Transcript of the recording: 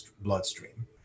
bloodstream